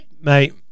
mate